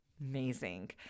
amazing